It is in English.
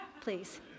please